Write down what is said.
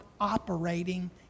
operating